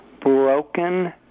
broken